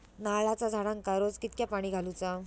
नारळाचा झाडांना रोज कितक्या पाणी घालुचा?